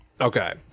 Okay